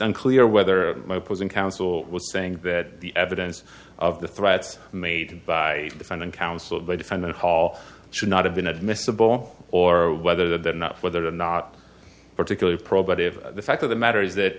unclear whether my opposing counsel was saying that the evidence of the threats made by defendant counsel by defendant hall should not have been admissible or whether they're not whether or not particularly probative the fact of the matter is that